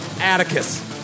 Atticus